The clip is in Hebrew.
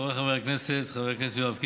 חבריי חברי הכנסת, חבר הכנסת יואב קיש,